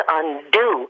undo